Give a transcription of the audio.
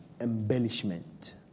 embellishment